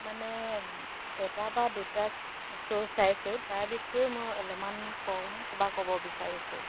মানে এটা বা দুটা শ্ব' চাইছোঁ তাৰ বিষয়ে মই অলপমান কম বা ক'ব বিচাৰিছোঁ